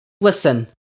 Listen